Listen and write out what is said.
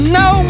no